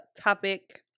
topic